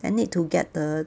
then need to get the